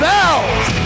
Bells